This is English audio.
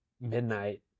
midnight